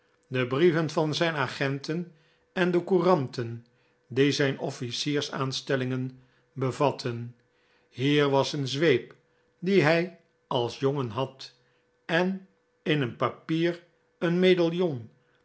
de brieven van zijn agenten en de couranten die zijn offlciersaanstellingen bevatten hier was een zweep die hij als jongen had en in een papier een medaillon